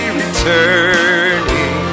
returning